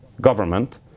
government